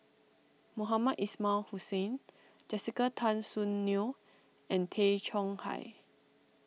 Mohamed Ismail Hussain Jessica Tan Soon Neo and Tay Chong Hai